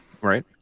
right